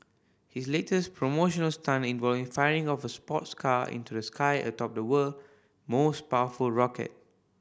his latest promotional stunt involved firing off a sports car into the sky atop the world most powerful rocket